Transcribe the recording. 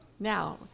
Now